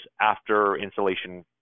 after-installation